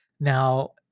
Now